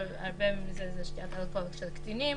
הרבה מזה זה שתיית אלכוהול של קטינים.